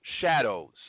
Shadows